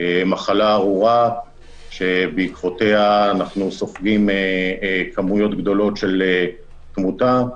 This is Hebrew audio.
מחלה ארורה שבעקבותיה אנחנו סופגים כמויות גדולות של תמותה,